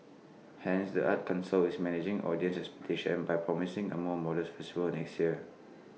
hence the arts Council is managing audience expectations by promising A more modest festival next year